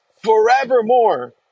forevermore